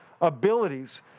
abilities